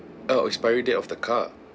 oh expiry date of the card